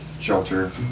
shelter